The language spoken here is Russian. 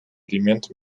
элементы